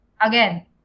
again